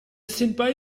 standby